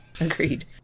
Agreed